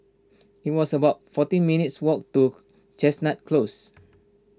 it was about fourteen minutes' walk to Chestnut Close